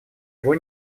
его